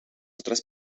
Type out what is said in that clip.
otras